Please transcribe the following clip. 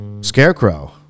scarecrow